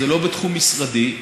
וזה לא בתחום משרדי,